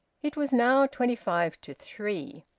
it was now twenty-five to three.